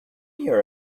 here